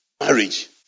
marriage